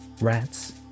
Rats